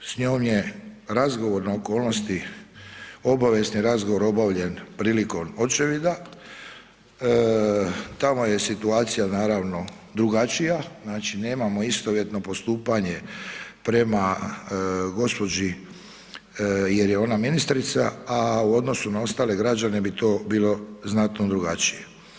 S njom ne razgovor na okolnosti, obavijesni razgovor obavljen prilikom očevida, tamo je situacija naravno, drugačija, znači, nemamo istovjetno postupanje prema gđi. jer je ona ministrica, a u odnosu na ostale građane bi to bilo znatno drugačije.